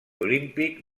olímpic